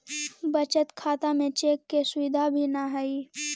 बचत खाता में चेक के सुविधा भी न हइ